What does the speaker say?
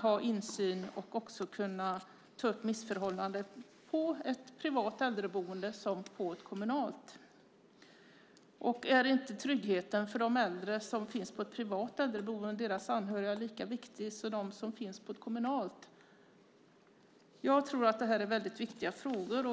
ha insyn och också kunna ta upp missförhållanden på ett privat äldreboende som på ett kommunalt. Är inte tryggheten för de äldre som finns på ett privat äldreboende och deras anhöriga lika viktig som för dem som finns på ett kommunalt? Det här är väldigt viktiga frågor.